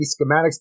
schematics